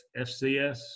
FCS